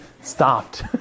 stopped